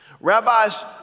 Rabbis